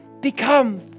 become